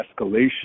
escalation